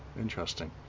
interesting